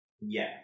Yes